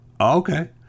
okay